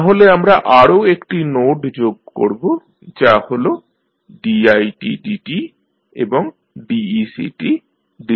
তাহলে আমরা আরো একটি নোড যোগ করব যা হল didt এবং decdt